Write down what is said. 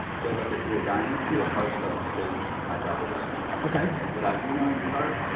if you had like a three of diamonds, three of hearts, clubs, and spades is my job to get out without you knowing the card.